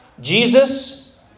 Jesus